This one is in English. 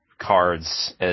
cards